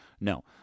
No